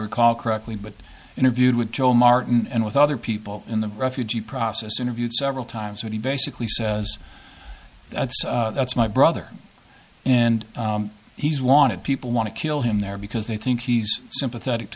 recall correctly but interviewed with joe martin and with other people in the refugee process interviewed several times when he basically says that's my brother and he's wanted people want to kill him there because they think he's sympathetic to